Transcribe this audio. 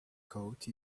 coat